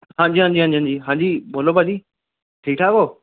ਹਾਂਜੀ ਹਾਂਜੀ ਹਾਂਜੀ ਹਾਂਜੀ ਹਾਂਜੀ ਬੋਲੋ ਭਾਅ ਜੀ ਠੀਕ ਠਾਕ ਹੋ